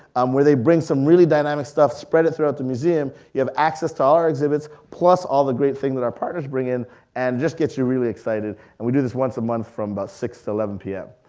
um where they bring some really dynamic stuff, spread it throughout the museum, you have access to our exhibits, plus all the great things that our partners bring in, and it just gets you really excited. and we do this once a month from about six til eleven p m.